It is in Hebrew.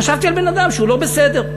חשבתי על בן-אדם שהוא לא בסדר.